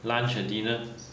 lunch and dinner